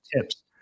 tips